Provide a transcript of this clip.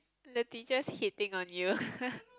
the teachers hating on you